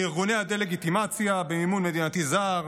לארגוני הדה-לגיטימציה במימון מדינתי זר,